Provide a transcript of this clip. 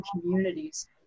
communities